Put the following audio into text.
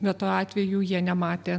bet tuo atveju jie nematė